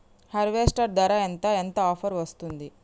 Harvester ధర ఎంత ఎంత ఆఫర్ వస్తుంది?